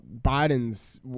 Biden's